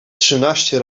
trzynaście